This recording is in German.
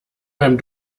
beim